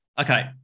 Okay